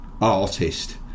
artist